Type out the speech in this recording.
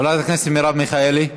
חברת הכנסת מרב מיכאלי,